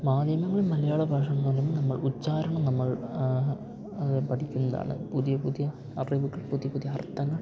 മാധ്യമങ്ങൾ മലയാള ഭാഷയെന്ന് പറയുബോൾ നമ്മൾ ഉച്ചാരണം നമ്മൾ പഠിക്കുന്നതാണ് പുതിയ പുതിയ അറിവുകൾ പുതിയ പുതിയ അർത്ഥങ്ങൾ